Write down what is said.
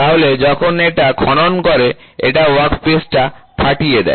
তাহলে যখন এটা খনন করে এটা ওয়ার্কপিসটা ফাটিয়ে দেয়